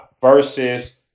versus